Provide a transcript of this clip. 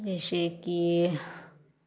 जैसे कि